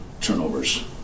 turnovers